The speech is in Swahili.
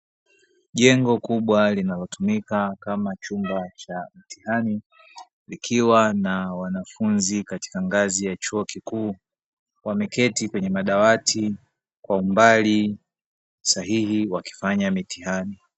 Jengo kubwa linalotumika kama chumba cha mtihani kikiwa na wanafunzi katika ngazi ya chuo kikuu, wameketi kwenye madawati kwa umbali sahihi wakifanya mitihani.